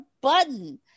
button